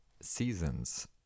seasons